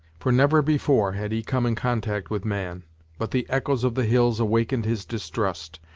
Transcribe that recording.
for never before had he come in contact with man but the echoes of the hills awakened his distrust,